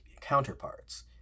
counterparts